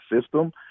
system